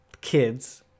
kids